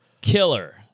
Killer